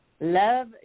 love